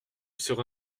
serai